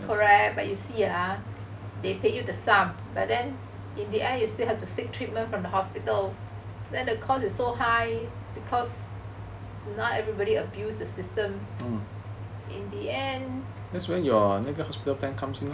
correct but you see ah they pay you the sum but then in the end you still have to seek treatment from the hospital then the cost is so high because now everybody abuse the system in the end